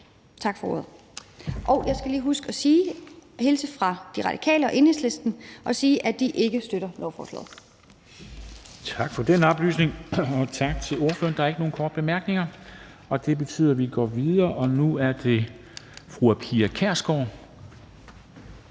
Tak for ordet. Hov, jeg skal lige huske, at jeg skal hilse fra De Radikale og Enhedslisten og sige, at de ikke støtter lovforslaget. Kl. 10:26 Formanden (Henrik Dam Kristensen): Tak for den oplysning, og tak til ordføreren. Der er ikke nogen korte bemærkninger. Det betyder, at vi går videre, og nu er det fru Pia Kjærsgaard,